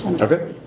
Okay